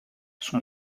son